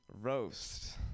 Roast